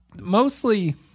Mostly